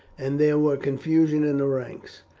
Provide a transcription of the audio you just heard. and there was confusion in the ranks,